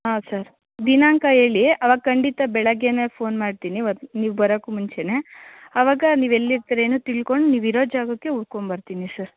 ಹಾಂ ಸರ್ ದಿನಾಂಕ ಹೇಳಿ ಅವಾಗ ಖಂಡಿತ ಬೆಳಗ್ಗೆಯೇ ಫೋನ್ ಮಾಡ್ತೀನಿ ಒತ್ ನೀವು ಬರೋಕ್ಕೂ ಮುಂಚೆಯೇ ಅವಾಗ ನೀವು ಎಲ್ಲಿರ್ತೀರೋ ಏನು ತಿಳ್ಕೊಂಡು ನೀವು ಇರೋ ಜಾಗಕ್ಕೇ ಹುಡ್ಕೊಂ ಬರ್ತೀನಿ ಸರ್